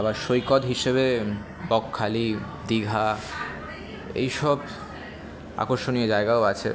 আবার সৈকত হিসেবে বকখালি দীঘা এইসব আকর্ষণীয় জায়গাও আছে